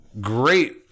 great